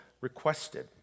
requested